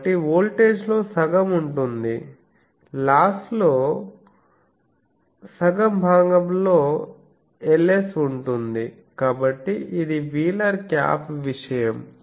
కాబట్టి వోల్టేజ్లో సగం ఉంటుంది లాస్ లో సగం భాగంలో Ls ఉంటుంది కాబట్టి ఇది వీలర్ క్యాప్ విషయం